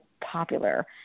popular